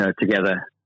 Together